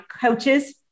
coaches